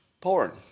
porn